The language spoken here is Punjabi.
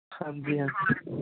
ਹਾਂਜੀ ਹਾਂਜੀ